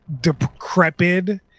decrepit